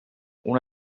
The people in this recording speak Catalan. una